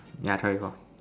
yeah I try before